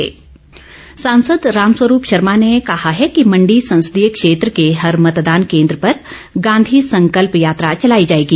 रामस्वरूप सांसद रामस्वरूप शर्मा ने कहा है कि मण्डी संसदीय क्षेत्र के हर मतदान केन्द्र पर गांधी संकल्प यात्रा चलाई जाएगी